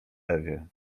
ewie